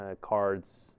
cards